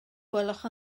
gwelwch